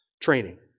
training